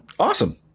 Awesome